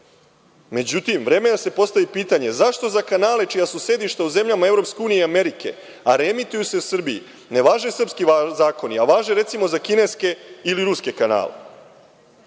Međutim, vreme je da se postavi pitanje – zašto za kanale čija su sedišta u zemljama EU i Amerike, a reemituju se u Srbiji, ne važe srpski zakoni, a važe, recimo, za kineske ili ruske kanale? Dok